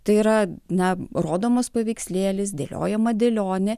tai yra na rodomas paveikslėlis dėliojama dėlionė